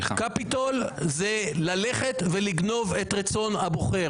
קפיטול זה ללכת ולגנוב את רצון הבוחר.